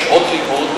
ושעות לימוד,